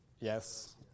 Yes